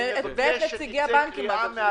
אני מבקש שתצא קריאה מהוועדה.